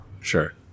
Sure